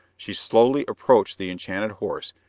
she slowly approached the enchanted horse,